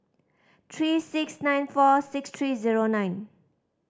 three six nine four six three zero nine